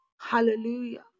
hallelujah